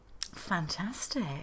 Fantastic